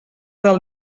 del